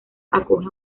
acoge